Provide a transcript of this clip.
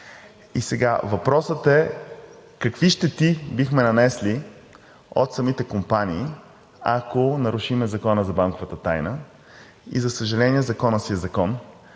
И сега въпросът е: какви щети бихме нанесли на самите компании, ако нарушим Закона за банковата тайна? За съжаление, законът си е закон.